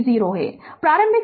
प्रारंभिक समय 0 0 लिया है